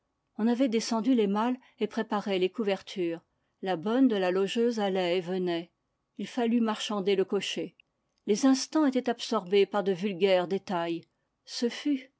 on avait descendu les malles et préparé les couvertures la bonne de la logeuse allait et venait il fallut marchander le cocher les instants étaient absorbés par de vulgaires détails ce fut